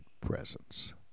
presence